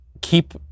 keep